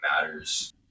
matters